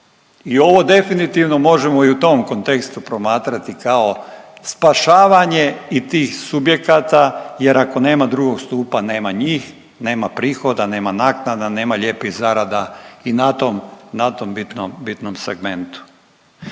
I ovo definitivno možemo i u tom kontekstu promatrati kao spašavanje i tih subjekata, jer ako nema drugog stupa nema njih, nema prihoda, nema naknada, nema lijepih zarada i na tom bitnom segmentu.